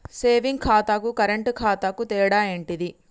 Saving ఖాతాకు current ఖాతాకు తేడా ఏంటిది?